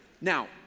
Now